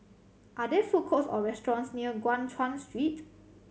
are there food courts or restaurants near Guan Chuan Street